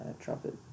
trumpet